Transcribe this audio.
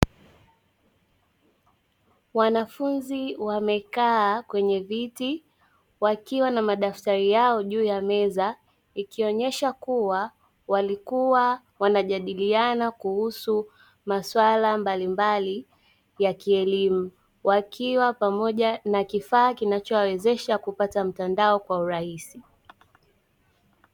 Wanafunzi wamekaa kwenye viti, wakiwa na madaftari yao juu ya meza ikionyesha kuwa walikuwa wanajadiliana kuhusu maswala mbalimbali ya kielimu. Wakiwa pamoja na kifaa kinachowawezesha kupata mtandao kwa urahisi.